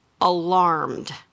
alarmed